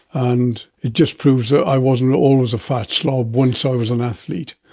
and it just proves that i wasn't always a fat slob, once i was an athlete.